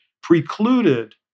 precluded